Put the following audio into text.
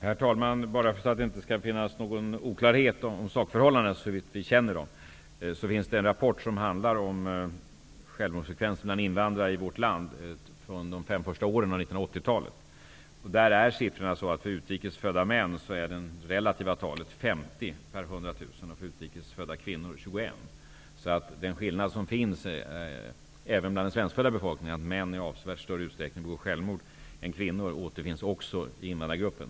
Herr talman! Bara för att det inte skall råda någon oklarhet om sakförhållandena såvitt vi känner dem vill jag nämna att det finns en rapport, som handlar om självmordsfrekvensen bland invandrare i vårt land under de fem första åren av 1980-talet. För utrikes födda män är det relativa talet 50 per 100 000 och för utrikes födda kvinnor 21. Det förhållande som råder bland den svenskfödda befolkningen att män i avsevärt större utsträckning begår självmord än kvinnor återfinns också i invandrargruppen.